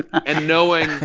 and knowing.